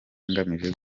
ngamije